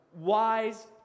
Wise